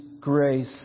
grace